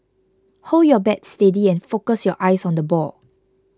hold your bat steady and focus your eyes on the ball